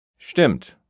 Stimmt